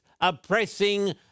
oppressing